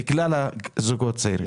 לכלל הזוגות הצעירים.